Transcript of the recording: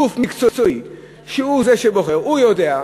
גוף מקצועי, שהוא זה שבוחר, הוא יודע,